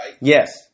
Yes